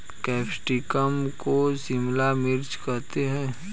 capsicum को शिमला मिर्च करते हैं